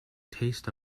taste